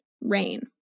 rain